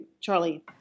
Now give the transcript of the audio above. Charlie